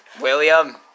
William